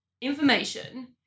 information